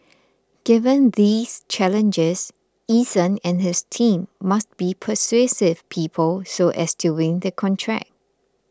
given these challenges Eason and his team must be persuasive people so as to win the contract